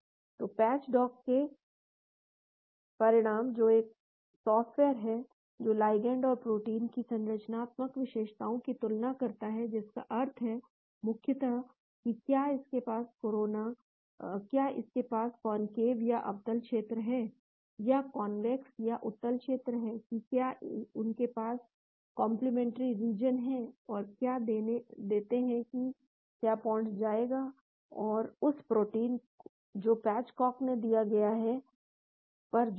तो patch dock के परिणाम जो एक सॉफ्टवेयर है जो लाइगैंड और प्रोटीन की संरचनात्मक विशेषताओं की तुलना करता है जिसका अर्थ है मुख्यतः कि क्या इसके पास कौनकेव या अवतल क्षेत्र है या कौनवैक्स या उत्तल क्षेत्र हैं कि क्या उनके पास कंप्लीमेंट्री रीजन है और जानकारी देते हैं की क्या लाइगैंड जाएगा और उस प्रोटीन जो पैच डॉक द्वारा दिया गया है पर जुड़ेगा